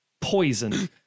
Poison